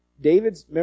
David's